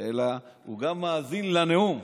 אלא הוא גם מאזין לנאום.